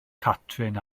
catrin